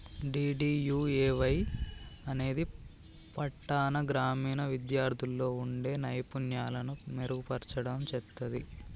DDUAY అనేది పట్టాణ, గ్రామీణ విద్యార్థుల్లో వుండే నైపుణ్యాలను మెరుగుపర్చడం చేత్తది